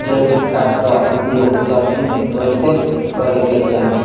जैविक खाद क उपयोग सब्जी में कैसे करे के चाही?